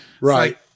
Right